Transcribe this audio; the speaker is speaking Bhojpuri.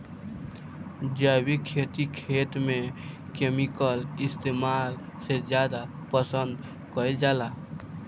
जैविक खेती खेत में केमिकल इस्तेमाल से ज्यादा पसंद कईल जाला